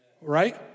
Right